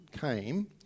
came